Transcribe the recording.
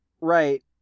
Right